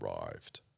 arrived